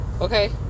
okay